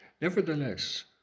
nevertheless